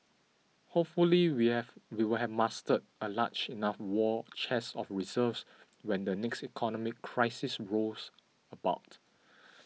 hopefully we have we will have mustered a large enough war chest of reserves when the next economic crisis rolls about